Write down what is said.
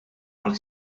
għal